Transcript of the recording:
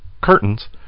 curtains